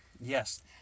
yes